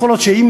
יכול להיות שעם